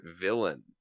villain